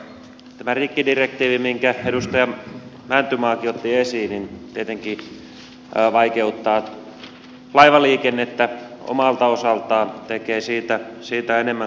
tämä rikkidirektiivi minkä edustaja mäntymaakin otti esiin tietenkin vaikeuttaa laivaliikennettä omalta osaltaan tekee siitä kalliimpaa